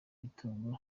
itungo